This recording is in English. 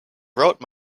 wrote